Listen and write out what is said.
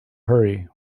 hurry